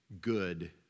good